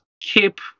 keep